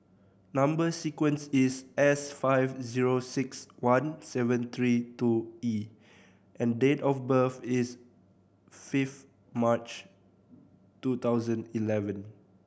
number sequence is S five zero six one seven three two E and date of birth is fifth March two thousand eleven